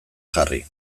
jarri